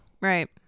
Right